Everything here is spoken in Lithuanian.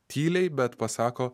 tyliai bet pasako